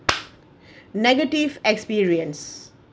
negative experience